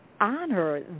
honor